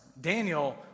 Daniel